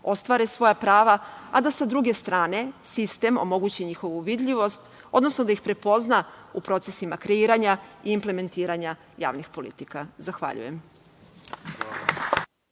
ostvare svoja prava, a da sa druge strane sistem omogući njihovu vidljivost, odnosno da ih prepozna u procesima kreiranja i implementiranja javnih politika. Zahvaljujem.